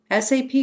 SAP